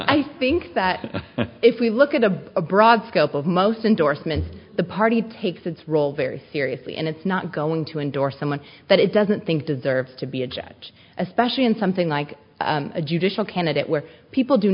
i think that if we look at the broad scope of most indorsement the party takes its role very seriously and it's not going to endorse someone that it doesn't think deserves to be a judge especially in something like a judicial candidate where people do